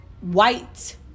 white